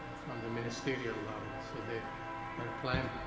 from the ministerial level so their their plan